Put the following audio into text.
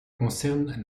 concerne